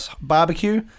barbecue